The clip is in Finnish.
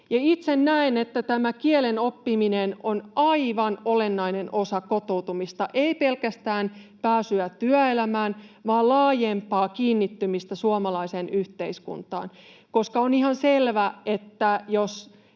Itse näen, että kielen oppiminen on aivan olennainen osa kotoutumista, ei pelkästään pääsyä työelämään vaan laajempaa kiinnittymistä suomalaiseen yhteiskuntaan, koska on ihan selvä, että jos